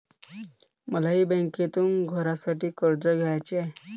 मलाही बँकेतून घरासाठी कर्ज घ्यायचे आहे